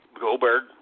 Goldberg